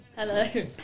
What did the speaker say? Hello